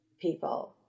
people